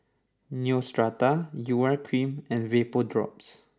Neostrata Urea Cream and VapoDrops